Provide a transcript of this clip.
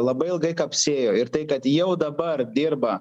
labai ilgai kapsėjo ir tai kad jau dabar dirba